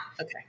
okay